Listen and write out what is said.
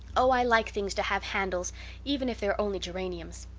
oh, i like things to have handles even if they are only geraniums.